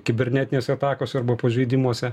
kibernetinėse atakose arba pažeidimuose